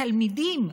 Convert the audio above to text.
התלמידים,